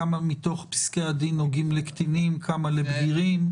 כמה מתוך פסקי הדין נוגעים לקטינים וכמה לבגירים?